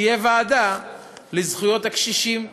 תהיה ועדה לזכויות הקשישים,